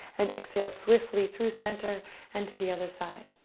and exhale swiftly through center and to the other side,